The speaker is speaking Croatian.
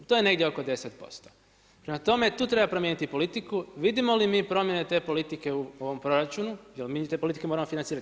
To je negdje oko 10%, prema tome tu treba promijeniti politiku. vidimo li mi promjene te politike u ovom proračunu jel mi te politike moramo financirati?